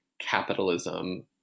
capitalism